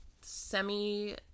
semi